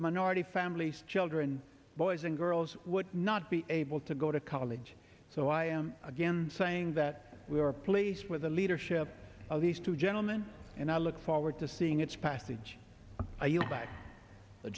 minority families children boys and girls would not be able to go to college so i am again saying that we are pleased with the leadership of these two gentlemen and i look forward to seeing its passage